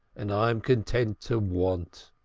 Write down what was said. and i am content to want.